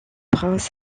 prince